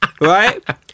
Right